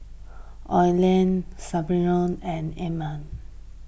Oline Spurgeon and Elam